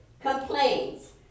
complains